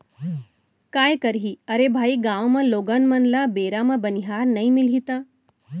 काय करही अरे भाई गॉंव म लोगन मन ल बेरा म बनिहार नइ मिलही त